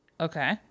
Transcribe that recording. Okay